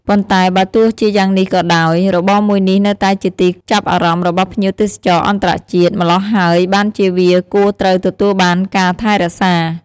ប៉ុន្តែបើទោះជាយ៉ាងនេះក៏ដោយ របរមួយនេះនៅតែជាទីចាប់អារម្មណ៍របស់ភ្ញៀវទេសចរអន្តរជាតិ ម្លោះហើយបានជាវាគួរត្រូវទទួលបានការថែរក្សា។